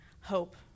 hope